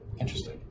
interesting